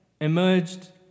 emerged